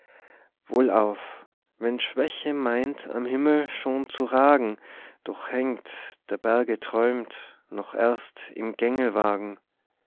wohlauf wenn schwäche meint am himmel schon zu ragen doch hängt der berge träumt noch erst im